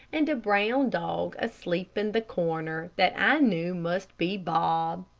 and a brown dog asleep in the corner, that i knew must be bob.